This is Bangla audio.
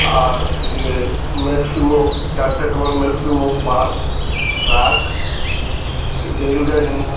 আর এদিকে ম্যক্সিমো চার চাকার বলে ম্যাক্সিমো বাস ট্রাক রেলগাড়ি